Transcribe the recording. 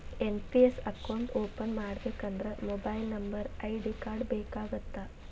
NPS account open ಮಾಡಬೇಕಂದ್ರ mobile number ID card ಬೇಕಾಗತ್ತಾ?